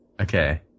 Okay